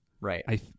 Right